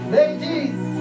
Ladies